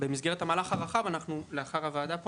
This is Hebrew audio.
שבמסגרת המהלך הרחב לאחר הוועדה הזו,